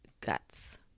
guts